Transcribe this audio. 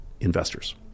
investors